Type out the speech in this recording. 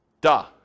Duh